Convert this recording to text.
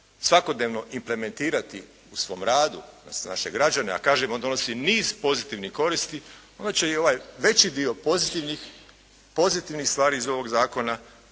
svakodnevno implementirati u svom radu odnosno naše građane, a kažemo donosi niz pozitivnih koristi, onda će i ovaj veći dio pozitivnih stvari iz ovog zakona,